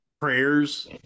Prayers